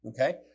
okay